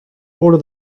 order